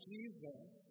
Jesus